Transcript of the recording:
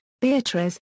Beatrice